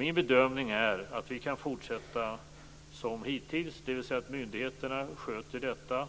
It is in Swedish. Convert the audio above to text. Min bedömning är att vi kan fortsätta som hittills, dvs. att myndigheterna sköter detta